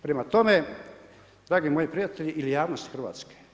Prema tome, dragi moji prijatelji ili javnosti Hrvatske.